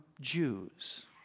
Jews